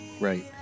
Right